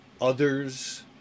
others